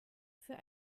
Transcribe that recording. für